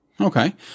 Okay